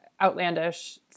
outlandish